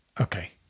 Okay